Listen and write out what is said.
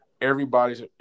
everybody's